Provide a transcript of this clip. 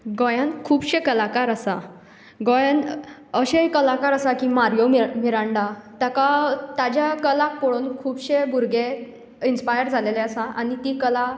गोंयान खुबशे कलाकार आसात गोंयान अशेय कलाकार आसा की मारियो मिरांडा ताका ताच्या कलाक पळोवन खुबशे भुरगे इनस्पायर जाल्ले आसात आनी ती कला स्टार्ट